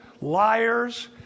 liars